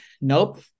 nope